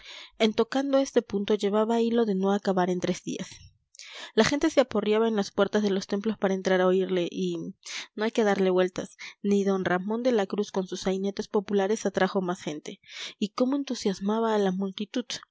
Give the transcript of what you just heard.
en tocando este punto llevaba hilo de no acabar en tres días la gente se aporreaba en las puertas de los templos para entrar a oírle y no hay que darle vueltas ni don ramón de la cruz con sus sainetes populares atrajo más gente y cómo entusiasmaba a la multitud